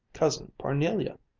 cousin parnelia,